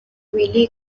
willy